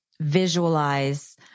visualize